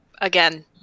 Again